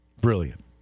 Brilliant